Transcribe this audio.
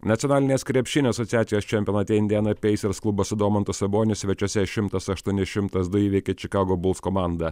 nacionalinės krepšinio asociacijos čempionate indėna peisers klubas su domantu saboniu svečiuose šimtas aštuoni šimtas du įveikė čikagos buls komandą